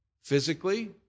physically